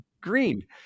green